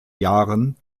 jahren